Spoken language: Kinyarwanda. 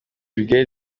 brigade